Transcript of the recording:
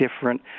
different